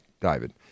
David